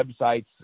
websites